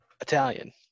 italian